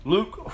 Luke